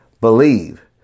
believe